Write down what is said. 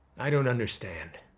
i don't understand.